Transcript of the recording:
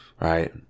right